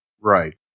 Right